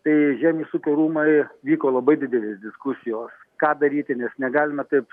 tai žemės ūkio rūmai vyko labai didelės diskusijos ką daryti nes negalima taip